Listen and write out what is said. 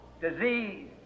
disease